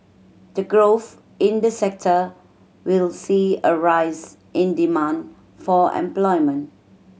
the growth in this sector will see a rise in demand for employment